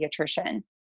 pediatrician